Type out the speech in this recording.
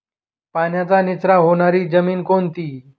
पाण्याचा निचरा होणारी जमीन कोणती?